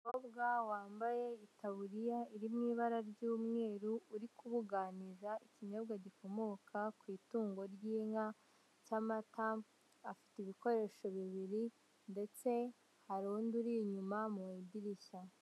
Umukobwa wambaye itaburiya iri mu ibara ry'umweru uri kubuganiza ikinyobwa gikomoka ku itungo ry'inka cy'amatama afite ibikoresho bibiri, ndetse hari undi uri inyuma mu idirishya.